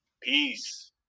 peace